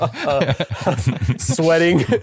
sweating